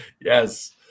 Yes